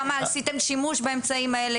כמה עשיתם שימוש באמצעים האלה.